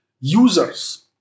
users